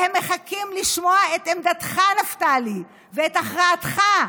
והם מחכים לשמוע את עמדתך, נפתלי, ואת הכרעתך.